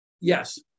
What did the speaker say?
Yes